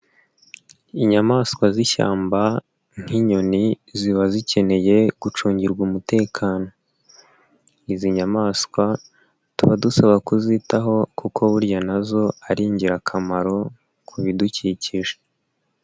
Inyamaswa z'ishyamba nk'inyoni ziba zikeneye gucungirwa umutekano, izi nyamaswa tuba dusaba kuzitaho kuko burya na zo ari ingirakamaro ku bidukikije.